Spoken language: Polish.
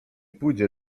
pójdzie